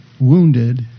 wounded